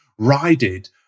rided